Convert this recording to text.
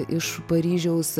iš paryžiaus